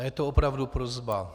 A je to opravdu prosba.